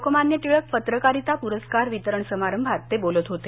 लोकमान्य टिळक पत्रकारिता पुरस्कार वितरण समारंभात ते बोलत होते